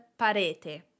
parete